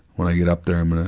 when i get up there, i'm and